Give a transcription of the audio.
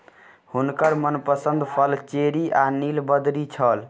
हुनकर मनपसंद फल चेरी आ नीलबदरी छल